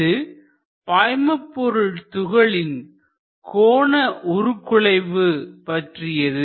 இது பாய்மபொருள் துகளின் கோண உருக்குலைவு பற்றியது